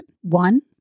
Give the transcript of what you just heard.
One